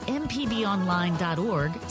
mpbonline.org